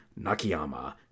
Nakayama